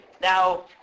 Now